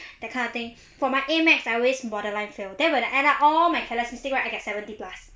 that kind of thing for my A maths I always borderline fail then when I add up all my careless mistake right I got seventy plus